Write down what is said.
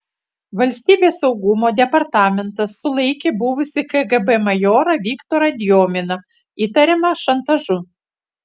valstybės saugumo departamentas sulaikė buvusį kgb majorą viktorą diominą įtariamą šantažu